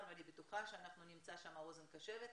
ואני בטוחה שאנחנו נמצא שם אוזן קשבת.